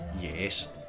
Yes